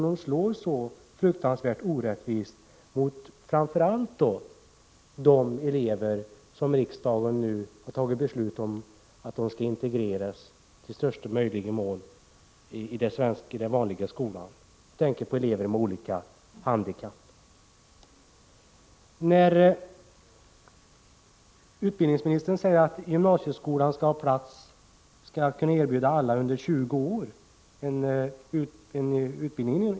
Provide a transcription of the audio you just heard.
De slår ju så fruktansvärt orättvist mot framför allt de elever som riksdagen nu har tagit beslut om skall integreras i största möjliga mån i den vanliga skolan; jag tänker på elever med olika handikapp. Utbildningsministern säger att gymnasieskolan skall kunna erbjuda alla under 20 år en utbildning.